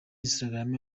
instagram